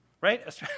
Right